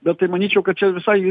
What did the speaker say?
bet tai manyčiau kad čia visai